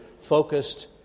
focused